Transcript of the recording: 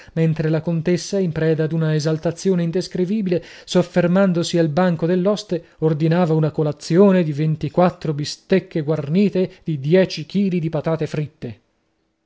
mentre la contessa in preda ad una esaltazione indescrivibile soffermandosi al banco dell'oste ordinava una colazione di ventiquattro bistecche guarnite di dieci chili di patate fritte